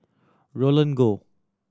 Roland Goh